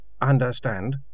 understand